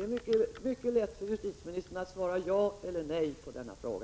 är mycket lätt för justitieministern att svara ja eller nej på denna fråga.